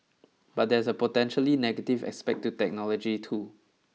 but there's a potentially negative aspect to technology too